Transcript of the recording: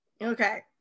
okay